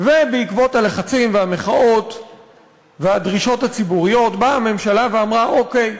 ובעקבות הלחצים והמחאות והדרישות הציבוריות באה הממשלה ואמרה: אוקיי,